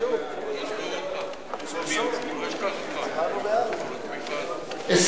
להביע אי-אמון בממשלה לא נתקבלה.